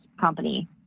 company